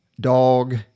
dog